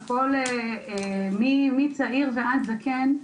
וכל מצעיר ועד זקן,